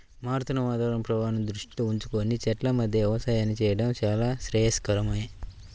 మారుతున్న వాతావరణ ప్రభావాన్ని దృష్టిలో ఉంచుకొని చెట్ల మధ్య వ్యవసాయం చేయడం చాలా శ్రేయస్కరమే